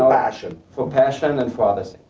passion. for passion and for other